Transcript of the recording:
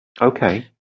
Okay